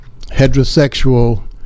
heterosexual